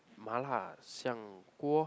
麻辣香锅